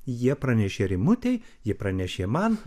jie pranešė rimutei ji pranešė man